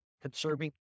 conserving